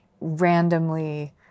randomly